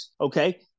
Okay